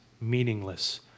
meaningless